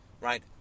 right